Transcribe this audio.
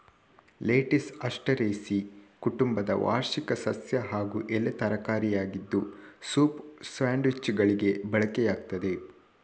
lettuce Asteraceae ಕುಟುಂಬದ ವಾರ್ಷಿಕ ಸಸ್ಯ ಹಾಗೂ ಎಲೆ ತರಕಾರಿಯಾಗಿದ್ದು ಸೂಪ್, ಸ್ಯಾಂಡ್ವಿಚ್ಚುಗಳಿಗೆ ಬಳಕೆಯಾಗ್ತದೆ